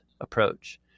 approach